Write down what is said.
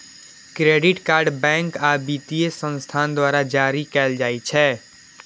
credit card bank आ वित्तीय संस्थान द्वारा जारी कैल जाइ छै